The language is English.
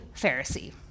Pharisee